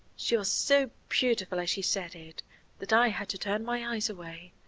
she was so beautiful as she said it that i had to turn my eyes away,